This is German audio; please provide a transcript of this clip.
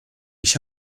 ich